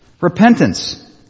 Repentance